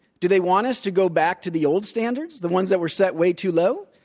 do they want us to go back to the old standards, the ones that were set way too low,